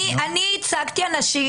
אני הצגתי אנשים,